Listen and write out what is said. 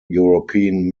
european